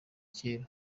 kera